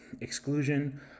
exclusion